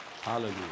Hallelujah